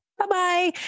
bye-bye